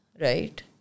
Right